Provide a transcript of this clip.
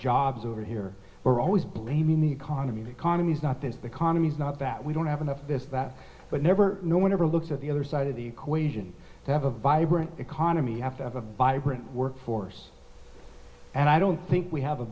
jobs over here we're always blaming the economy the economy is not the economy's not that we don't have enough of this that but never no one ever looks at the other side of the equation to have a vibrant economy have to have a byron work force and i don't think we have a